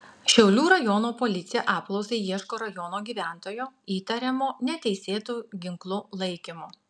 šiaulių rajono policija apklausai ieško rajono gyventojo įtariamo neteisėtu ginklu laikymu